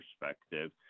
perspective